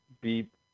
Beep